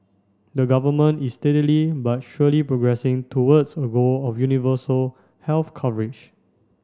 the government is steadily but surely progressing towards a goal of universal health coverage